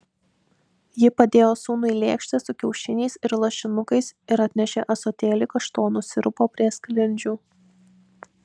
ji padėjo sūnui lėkštę su kiaušiniais ir lašinukais ir atnešė ąsotėlį kaštonų sirupo prie sklindžių